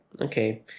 Okay